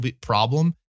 problem